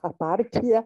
tą partiją